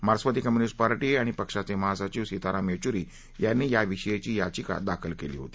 मार्क्सवादी communist party आणि पक्षाचे महासचीव सीताराम येचुरी यांनी याविषयीची याचिका दाखल केली होती